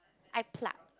I pluck